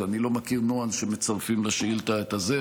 אז אני לא מכיר נוהל שמצרפים לשאילתה את זה.